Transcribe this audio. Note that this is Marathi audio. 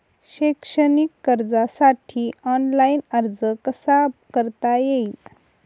शैक्षणिक कर्जासाठी ऑनलाईन अर्ज कसा करता येईल?